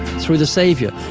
through the savior.